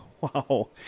Wow